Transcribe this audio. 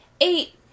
eight